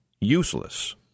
useless